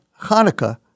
Hanukkah